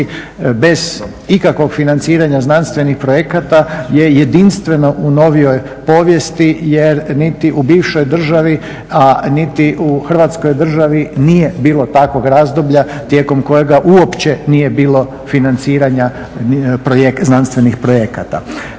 bez ikakvog financiranja znanstvenih projekata je jedinstveno u novijoj povijesti jer niti u bivšoj državi, a niti u Hrvatskoj državi nije bilo takvog razdoblja tijekom kojega uopće nije bilo financiranja znanstvenih projekata.